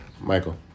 michael